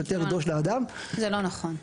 זה לא נכון.